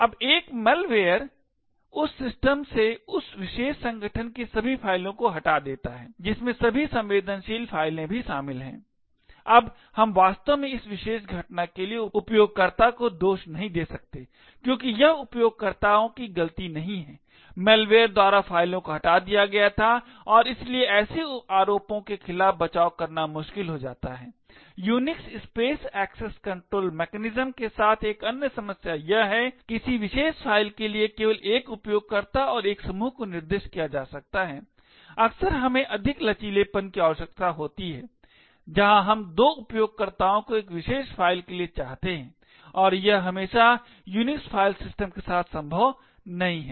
अब एक मैलवेयर उस सिस्टम से उस विशेष संगठन की सभी फ़ाइलों को हटा देता है जिसमें सभी संवेदनशील फाइलें भी शामिल हैं अब हम वास्तव में उस विशेष घटना के लिए उपयोगकर्ता को दोष नहीं दे सकते क्योंकि यह उपयोगकर्ताओं की गलती नहीं है मैलवेयर द्वारा फ़ाइलों को हटा दिया गया था और इसलिए ऐसे आरोपों के खिलाफ बचाव करना मुश्किल हो जाता है Unix space access control mechanism के साथ एक अन्य समस्या यह है कि किसी विशेष फ़ाइल के लिए केवल एक उपयोगकर्ता और एक समूह को निर्दिष्ट किया जा सकता है अक्सर हमें अधिक लचीलेपन की आवश्यकता होती है जहां हम दो उपयोगकर्ताओं को एक विशेष फ़ाइल के लिए चाहते हैं और यह हमेशा यूनिक्स फाइल सिस्टम के साथ संभव नहीं है